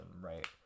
right